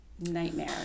nightmare